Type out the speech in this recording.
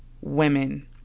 women